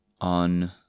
on